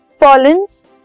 pollens